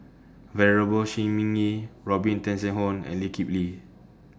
Venerable Shi Ming Yi Robin Tessensohn and Lee Kip Lee